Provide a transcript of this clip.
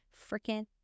freaking